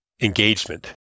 engagement